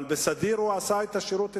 אבל בסדיר הוא עשה את השירות אצלך,